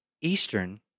eastern